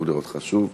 טוב לראותך שוב.